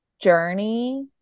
Journey